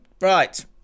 Right